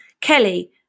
Kelly